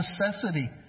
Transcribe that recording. necessity